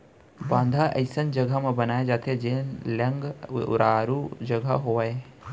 बांधा अइसन जघा म बनाए जाथे जेन लंग उरारू जघा होवय